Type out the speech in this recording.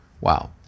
Wow